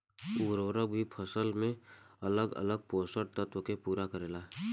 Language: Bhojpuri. उर्वरक भी फसल में अलग अलग पोषण तत्व के पूरा करेला